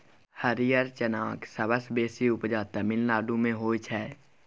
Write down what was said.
हरियर चनाक सबसँ बेसी उपजा तमिलनाडु मे होइ छै